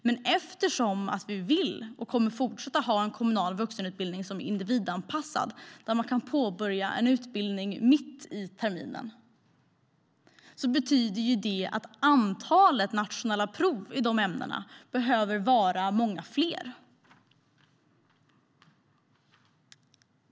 Men eftersom vi kommer att fortsätta att ha en kommunal vuxenutbildning som är individanpassad och där man kan påbörja en utbildning mitt i terminen betyder det att antalet nationella prov i dessa ämnen behöver vara mycket större.